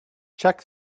check